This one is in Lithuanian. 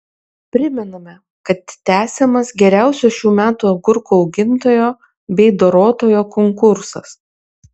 primename kad tęsiamas geriausio šių metų agurkų augintojo bei dorotojo konkursas